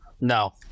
no